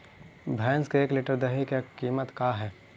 भैंस के एक लीटर दही के कीमत का है?